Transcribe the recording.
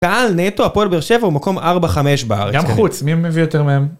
קהל נטו הפועל באר שבע הוא מקום ארבע חמש בארץ. גם חוץ, מי מביא יותר מהם.